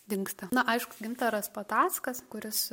dingsta na aišku gintaras patackas kuris